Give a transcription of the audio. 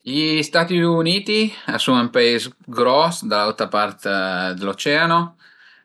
Gli Stati Uniti a sun ün pais gros da l'autra part dë l'oceano